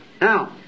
Now